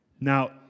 Now